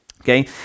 Okay